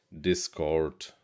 discord